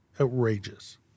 outrageous